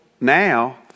now